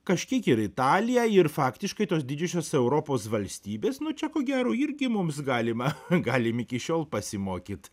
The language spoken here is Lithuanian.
bet kažkiek ir italija ir faktiškai tos didžiosios europos valstybės nu čia ko gero irgi mums galima galim iki šiol pasimokyt